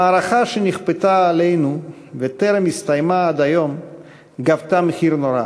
המערכה שנכפתה עלינו וטרם הסתיימה עד היום גבתה מחיר נורא: